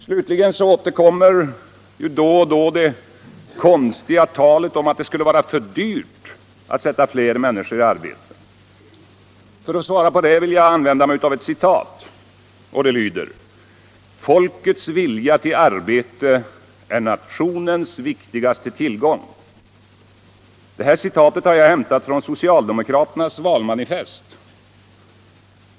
Slutligen återkommer ju då och då det konstiga talet om att det skulle vara ”för dyrt” att sätta fler människor i arbete. På det vill jag svara med ett citat. Det lyder: ”Folkets vilja till arbete är nationens viktigaste tillgång.” Det är hämtat från socialdemokraternas valmanifest.